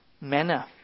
manner